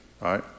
Right